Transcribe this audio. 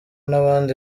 n’abandi